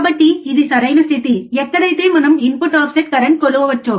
కాబట్టి ఇది సరైన స్థితి ఎక్కడైతే మనం ఇన్పుట్ ఆఫ్సెట్ కరెంట్ కొలవచ్చు